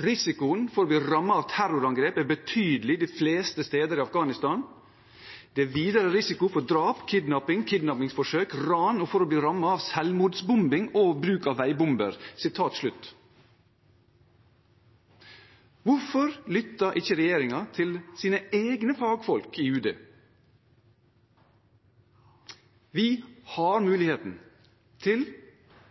Risikoen for å bli rammet av terrorangrep er betydelig de fleste steder i Afghanistan. Det er videre risiko for drap, kidnapping, kidnappingsforsøk, ran og for å bli rammet av selvmordsbombing og bruk av veibomber.» Hvorfor lytter ikke regjeringen til sine egne fagfolk i UD? Vi har muligheten til